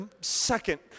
second